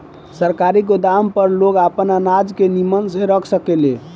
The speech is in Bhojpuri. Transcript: सरकारी गोदाम पर लोग आपन अनाज के निमन से रख सकेले